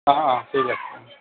অ অ ঠিক আছে